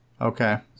Okay